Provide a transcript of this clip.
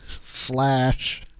slash